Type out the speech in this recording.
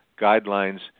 guidelines